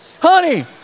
honey